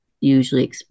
usually